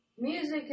music